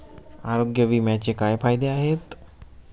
आरोग्य विम्याचे काय फायदे आहेत?